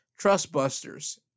Trustbusters